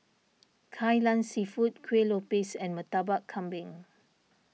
Kai Lan Seafood Kuih Lopes and Murtabak Kambing